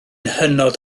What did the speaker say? hynod